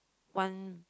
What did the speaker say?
one